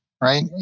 right